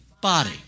body